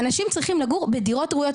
אנשים צריכים לגור בדירות ראויות.